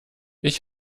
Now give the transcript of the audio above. ich